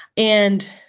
and,